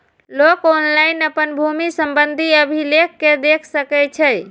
लोक ऑनलाइन अपन भूमि संबंधी अभिलेख कें देख सकै छै